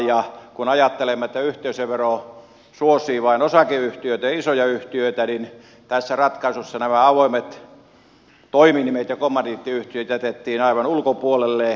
ja kun ajattelemme että yhteisövero suosii vain osakeyhtiöitä ja isoja yhtiöitä niin tässä ratkaisussa nämä avoimet toiminimet ja kommandiittiyhtiöt jätettiin aivan ulkopuolelle